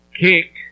kick